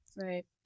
Right